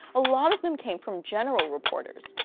a lot of them came from general reporters,